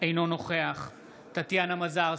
אינו נוכח טטיאנה מזרסקי,